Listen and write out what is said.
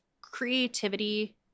creativity